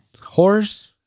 Horse